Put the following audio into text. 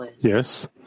Yes